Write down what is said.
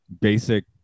basic